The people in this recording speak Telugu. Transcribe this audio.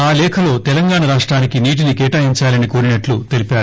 ఆ లేఖలో తెలంగాణ రాష్టానికి నీటిని కేటాయించాలని కోరినట్లు తెలిపారు